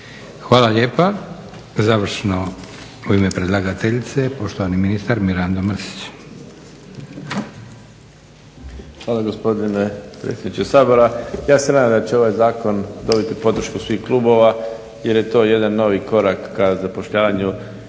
Hvala lijepa. Završno u ime predlagateljice poštovani ministar Mirando Mrsić. **Mrsić, Mirando (SDP)** Hvala gospodine predsjedniče Sabora. Ja se nadam da će ovaj zakon dobiti podršku svih klubova jer je to jedan novi korak ka zapošljavanju